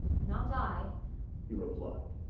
not i he replied.